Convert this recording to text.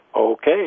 Okay